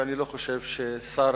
ואני לא חושב ששר